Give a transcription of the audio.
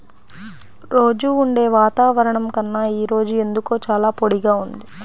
రోజూ ఉండే వాతావరణం కన్నా ఈ రోజు ఎందుకో చాలా పొడిగా ఉంది